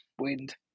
Wind